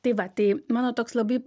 tai va tai mano toks labai